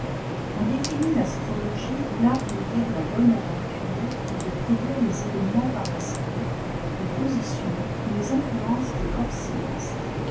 on définit l'astrologie l'art de dire la bonne aventure et de ijrédire les événements par l'aspect les positions et les influences des corps célestes